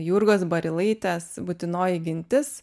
jurgos barilaitės būtinoji gintis